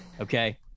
Okay